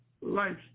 life